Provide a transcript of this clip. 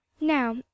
now